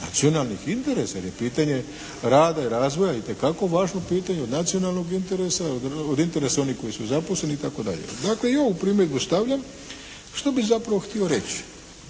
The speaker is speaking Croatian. nacionalnih interesa, jer je pitanje rada i razvoja itekako važno pitanje od interesa onih koji su zaposleni itd. Dakle i ovu primjedbu stavljam. Što bih zapravo htio reći?